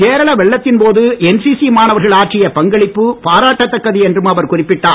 கேரள வெள்ளத்தின் போது என்சிசி மாணவர்கள் ஆற்றிய பங்களிப்பு பாராட்டத் தக்கது என்றும் அவர் குறிப்பிட்டார்